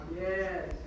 Yes